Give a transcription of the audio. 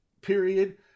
period